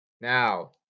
Now